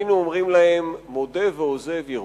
היינו אומרים להם: מודה ועוזב ירוחם.